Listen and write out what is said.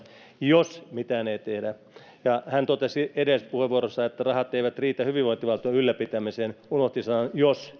jos mitään ei tehdä ja hän totesi edellisessä puheenvuorossaan että rahat eivät riitä hyvinvointivaltion ylläpitämiseen mutta unohti sanoa jos